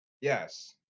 Yes